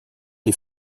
les